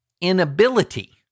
Inability